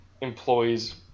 employees